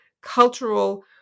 cultural